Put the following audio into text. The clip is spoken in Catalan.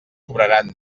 cobraran